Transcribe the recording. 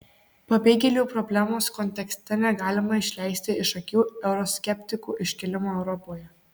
pabėgėlių problemos kontekste negalima išleisti iš akių euroskeptikų iškilimo europoje